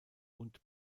und